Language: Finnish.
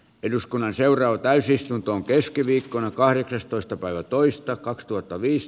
eduskunnan seuraava täysistuntoon keskiviikkona kahdeksastoista päivä toista kaksituhattaviisi